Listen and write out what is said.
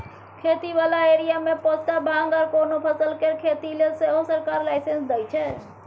खेती बला एरिया मे पोस्ता, भांग आर कोनो फसल केर खेती लेले सेहो सरकार लाइसेंस दइ छै